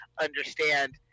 understand